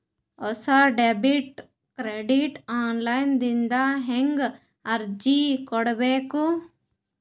ಹೊಸ debit card online ದಿಂದ ಹೇಂಗ ಅರ್ಜಿ ಕೊಡಬೇಕು?